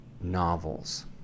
novels